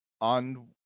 on